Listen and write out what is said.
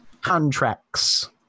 contracts